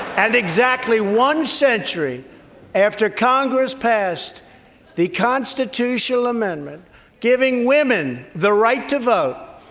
and exactly one century after congress passed the constitutional amendment giving women the right to vote,